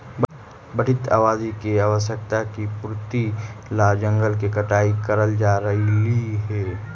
बढ़ती आबादी की आवश्यकता की पूर्ति ला जंगल के कटाई करल जा रहलइ हे